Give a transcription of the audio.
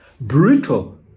brutal